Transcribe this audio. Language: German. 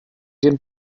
den